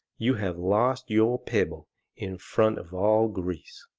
you have lost your pebble in front of all greece.